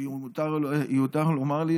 אם מותר לי לומר,